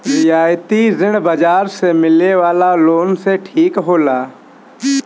रियायती ऋण बाजार से मिले वाला लोन से ठीक होला